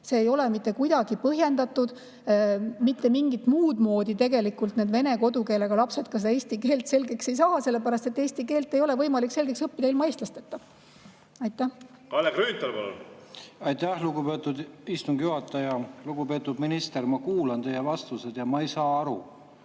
See ei ole mitte kuidagi põhjendatud. Mitte mingit muud moodi tegelikult need vene kodukeelega lapsed ka seda eesti keelt selgeks ei saa, sellepärast et eesti keelt ei ole võimalik selgeks õppida ilma eestlasteta. Kalle Grünthal, palun! Kalle Grünthal, palun! Aitäh, lugupeetud istungi juhataja! Lugupeetud minister! Ma kuulan teie vastuseid ja ma ei saa aru,